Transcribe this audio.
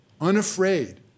unafraid